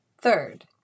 Third